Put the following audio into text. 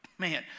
Man